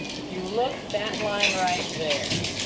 if you look that line right there,